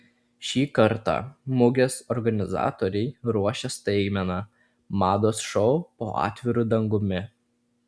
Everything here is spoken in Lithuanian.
šį kartą mugės organizatoriai ruošia staigmeną mados šou po atviru dangumi